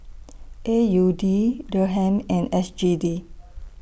A U D Dirham and S G D